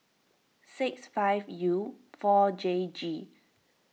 six five U four J G